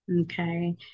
okay